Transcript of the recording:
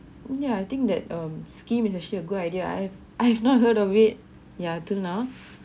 yeah I think that um scheme is actually a good idea I've I have not heard of it ya till now